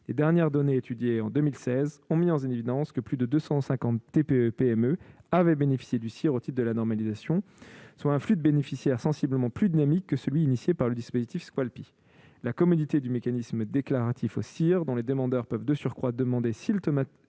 Les dernières données étudiées en 2016 ont mis en évidence que plus de 250 TPE ou PME avaient bénéficié du CIR au titre de la normalisation. C'est là un flux de bénéficiaires sensiblement plus dynamique que celui qui a été engagé par le dispositif Squalpi. La commodité du mécanisme déclaratif du CIR, dont les usagers peuvent de surcroît demander simultanément